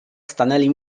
stanęli